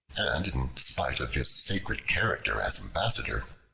and, in spite of his sacred character as ambassador,